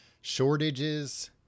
shortages